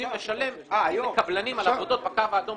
רוצים לשלם לקבלנים על עבודות בקו האדום,